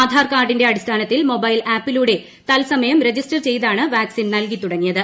ആധാർ കാർഡിന്റെ അടിസ്ഥാനത്തിൽ മൊബൈൽ ആപ്പിലൂടെ തത്സമയം രജിസ്റ്റർ ചെയ്താണ് വാക്സിൻ നൽകി തുടങ്ങിയത്